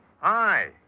Hi